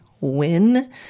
win